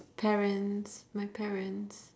parents my parents